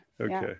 Okay